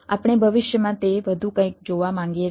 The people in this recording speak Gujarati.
આપણે ભવિષ્યમાં તે વધુ કંઈક જોવા માંગીએ છીએ